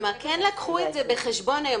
כלומר, כן לקחו את זה בחשבון היום.